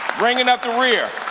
bringing up the rear.